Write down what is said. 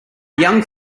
young